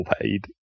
paid